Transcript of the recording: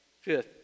fifth